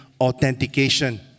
authentication